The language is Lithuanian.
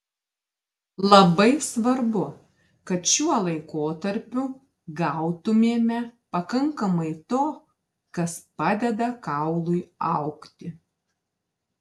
labai svarbu kad šiuo laikotarpiu gautumėme pakankamai to kas padeda kaului augti